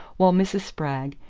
while mrs. spragg,